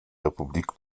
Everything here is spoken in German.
republik